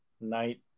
night